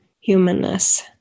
humanness